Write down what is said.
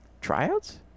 Tryouts